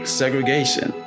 segregation